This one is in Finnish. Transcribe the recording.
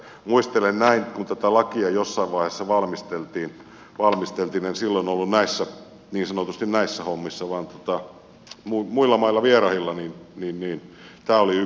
muistelen näin että kun tätä lakia jossain vaiheessa valmisteltiin en silloin ollut niin sanotusti näissä hommissa vaan muilla mailla vierahilla niin tämä oli yksi tekijä